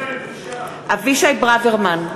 אבישי ברוורמן,